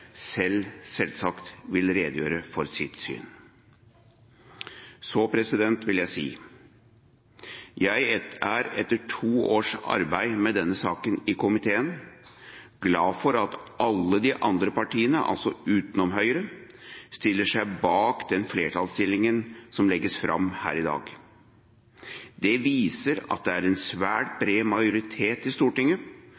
selv selvsagt vil redegjøre for sitt syn. Jeg er etter to års arbeid med denne saken i komiteen glad for at alle de andre partiene – altså utenom Høyre – stiller seg bak den flertallsinnstillingen som legges fram her i dag. Det viser at det er en svært